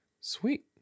Sweet